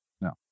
no